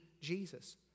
Jesus